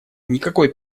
никакой